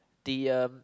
the um